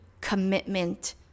commitment